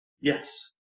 Yes